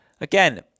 Again